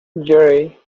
jerry